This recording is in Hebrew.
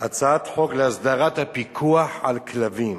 הצעת חוק להסדרת הפיקוח על כלבים,